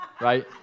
right